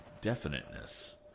definiteness